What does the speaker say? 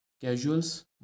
casuals